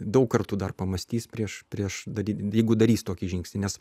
daug kartų dar pamąstys prieš prieš daryti jeigu darys tokį žingsnį nes